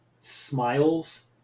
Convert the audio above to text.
smiles